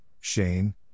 Shane